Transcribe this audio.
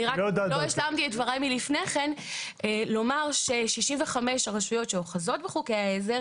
לא השלמתי את דבריי לפני כן לומר ש-65 הרשויות שאוחזות בחוקי העזר